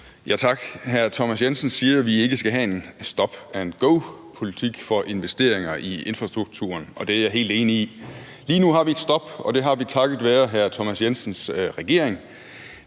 Tak. Hr. Thomas Jensen siger, at vi ikke skal have en stop-go-politik for investeringer i infrastrukturen, og det er jeg helt enig i. Lige nu har vi et stop, og det har vi takket være hr. Thomas Jensens regering.